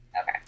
Okay